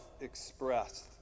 expressed